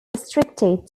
restricted